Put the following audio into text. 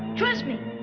trust me.